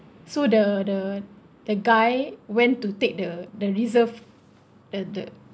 so the the the guy went to take the the reserved the the